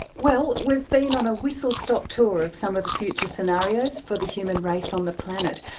well, we've been on a whistle-stop tour of some of the future scenarios for the human race on the planet.